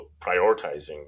prioritizing